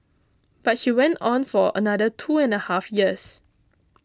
but she went on for another two and a half years